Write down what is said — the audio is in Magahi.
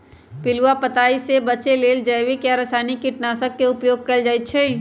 पिलुआ पताइ से बचे लेल जैविक आ रसायनिक कीटनाशक के उपयोग कएल जाइ छै